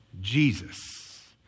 Jesus